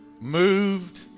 moved